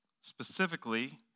specifically